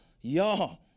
y'all